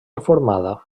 reformada